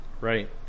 Right